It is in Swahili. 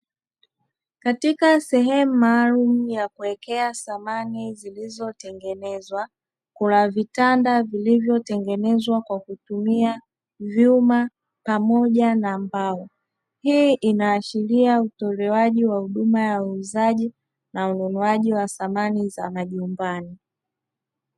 Katika sehemu maalumu ya kuwekea samani zilizotengenezwa kuna vitanda vilivyotengenezwa kwa kutumia vyuma pamoja na mbao hii inaashiria utolewaji wa huduma ya uuzaji na ununuaji wa samani za majumbani.